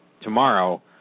tomorrow